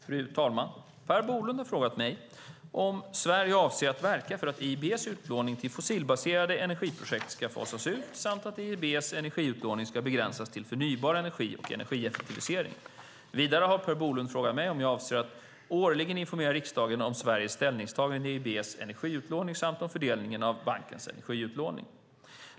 Fru talman! Per Bolund har frågat mig om Sverige avser att verka för att EIB:s utlåning till fossilbaserade energiprojekt ska fasas ut samt att EIB:s energiutlåning ska begränsas till förnybar energi och energieffektivisering. Vidare har Per Bolund frågat mig om jag avser att årligen informera riksdagen om Sveriges ställningstagande i EIB:s energiutlåning samt om fördelningen av bankens energiutlåning.